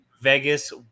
Vegas